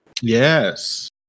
Yes